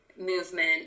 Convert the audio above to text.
movement